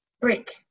break